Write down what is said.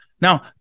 Now